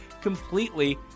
completely